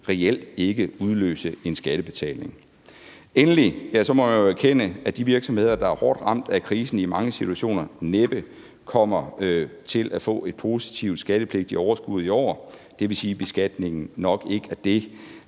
reelt ikke udløse en skattebetaling. Endelig må jeg jo erkende, at de virksomheder, der er hårdt ramt af krisen, i mange situationer næppe kommer til at få et positivt skattepligtigt overskud i år. Det vil sige, at beskatningen nok ikke er det,